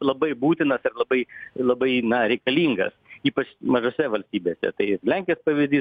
labai būtinas labai labai na reikalingas ypač mažose valstybėse tai ir lenkijos pavyzdys